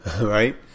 right